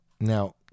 Now